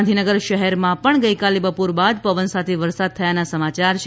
ગાંધીનગર શહેરમાં પણ ગઇકાલે બપોરે બાદ પવન સાથે વરસાદ થયાના સમાચાર છે